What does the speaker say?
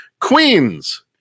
Queens